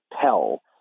tell